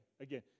Again